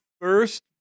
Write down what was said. first